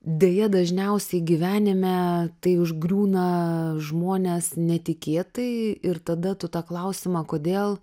deja dažniausiai gyvenime tai užgriūna žmones netikėtai ir tada tu tą klausimą kodėl